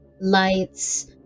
lights